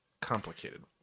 complicated